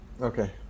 okay